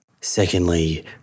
Secondly